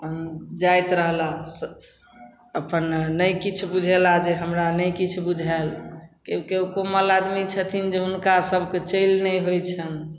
अपन जाइत रहलाह अपन नहि किछु बुझेलाह जे हमरा नहि किछु बुझाएल केओ केओ कोमल आदमी छथिन जे हुनकासभके चलि नहि होइ छनि